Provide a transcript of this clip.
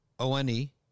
O-N-E